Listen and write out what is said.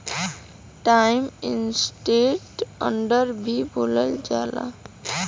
times interest earned भी बोलल जाला